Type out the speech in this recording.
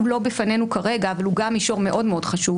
הוא לא בפנינו כרגע אבל הוא גם מישור מאוד מאוד חשוב.